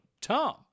Tom